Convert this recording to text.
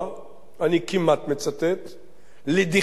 אני כמעט מצטט, לדחיית